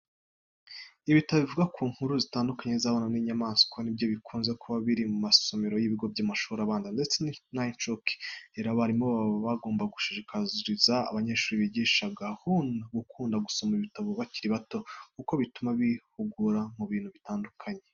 Ibitabo bivuga ku nkuru zitandukanye z'abana n'inyamaswa ni byo bikunze kuba biri mu masomero y'ibigo by'amashuri abanza ndetse n'ay'incuke. Rero abarimu baba bagomba gushishikariza abanyeshuri bigisha gukunda gusoma ibitabo bakiri bato kuko bituma bihugura mu bintu bitandukanye.